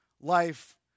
life